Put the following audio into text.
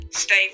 Stay